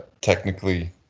technically –